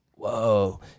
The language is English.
whoa